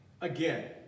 again